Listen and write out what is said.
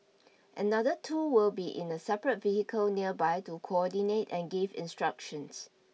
another two will be in a separate vehicle nearby to coordinate and give instructions